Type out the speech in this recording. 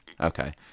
Okay